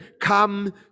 come